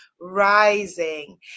rising